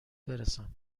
برسان